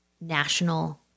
national